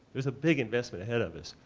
there's a big investment ahead of us,